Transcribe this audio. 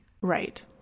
Right